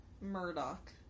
Murdoch